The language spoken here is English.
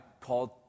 called